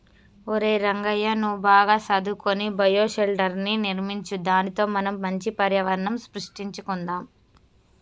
ఒరై రంగయ్య నువ్వు బాగా సదువుకొని బయోషెల్టర్ర్ని నిర్మించు దానితో మనం మంచి పర్యావరణం సృష్టించుకొందాం